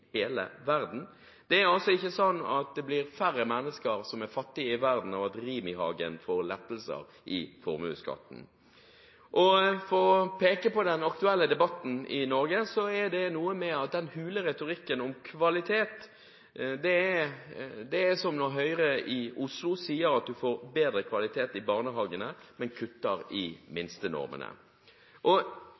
verden. Det er ikke sånn at det blir færre mennesker som er fattige i verden av at Rimi-Hagen får lettelser i formuesskatten. For å peke på den aktuelle debatten i Norge: Den hule retorikken om kvalitet er som når Høyre i Oslo sier at du får bedre kvalitet i barnehagene, men kutter i minstenormene. Jeg fikk kritikk fra både Høyre og